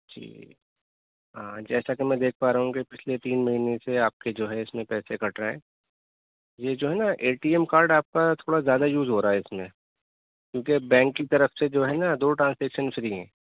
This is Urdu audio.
جی ہاں جیسا کہ میں دیکھ پا رہا ہوں کہ پچھلے تین مہینے سے آپ کے جو ہے اس میں پیسے کٹ رہے ہیں یہ جو ہے نا اے ٹی ایم کارڈ آپ کا تھوڑا زیادہ یوز ہو رہا ہے اس میں کیوںکہ بینک کی طرف سے جو ہے نا دو ٹرانجیکشن فری ہیں